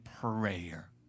prayer